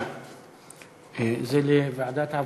זה לוועדת העבודה,